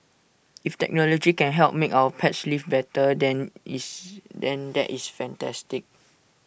if technology can help make our pets lives better than is than that is fantastic